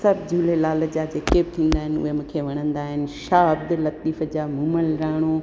सभु झूलेलाल जा जेके बि थींदा आहिनि या मूंखे वणंदा आहिनि शाह अब्दुल लतीफ़ जा मूमल राणो